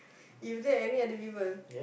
you let any other people